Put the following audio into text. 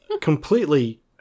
completely